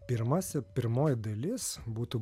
pirmasi pirmoji dalis būtų